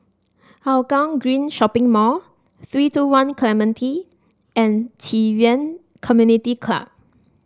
Hougang Green Shopping Mall three two One Clementi and Ci Yuan Community Club